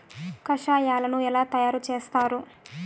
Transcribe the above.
కషాయాలను ఎలా తయారు చేస్తారు?